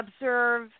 observe